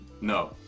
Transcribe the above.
No